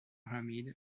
amid